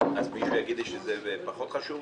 - מישהו יגיד לי שזה פחות חשוב